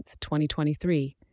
2023